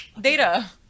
Data